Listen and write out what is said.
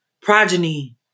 progeny